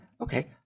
okay